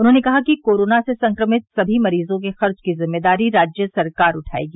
उन्होंने कहा कि कोरोनो से संक्रमित सभी मरीजों के खर्च की जिम्मेदारी राज्य सरकार उठायेगी